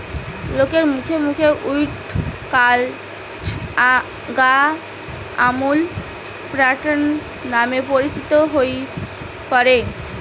লোকের মুখে মুখে অউ কাজ গা আমূল প্যাটার্ন নামে পরিচিত হই পড়ে